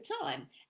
time